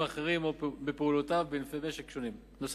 אחרים או בפעולותיו בענפי משק נוספים.